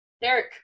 Derek